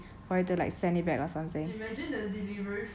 then just ask hire someone to dive a lorry